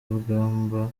rugamba